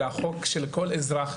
אלא חוק של כל אזרח,